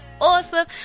awesome